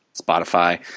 Spotify